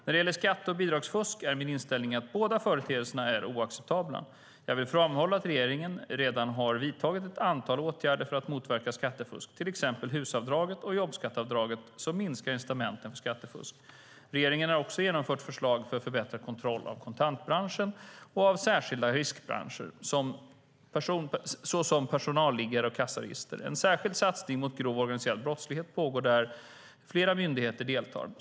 När det gäller skatte och bidragsfusk är min inställning att båda företeelserna är oacceptabla. Jag vill framhålla att regeringen redan har vidtagit ett antal åtgärder för att motverka skattefusk, till exempel HUS-avdraget och jobbskatteavdraget som minskat incitamenten för skattefusk. Regeringen har också genomfört förslag för förbättrad kontroll av kontantbranschen och av särskilda riskbranscher som personalliggare och kassaregister. En särskild satsning mot grov organiserad brottslighet pågår där flera myndigheter deltar.